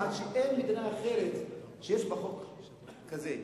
עד שאין מדינה אחרת שיש בה חוק כזה.